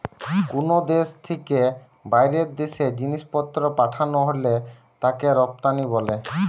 কুনো দেশ থিকে বাইরের দেশে জিনিসপত্র পাঠানা হলে তাকে রপ্তানি বলে